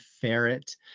ferret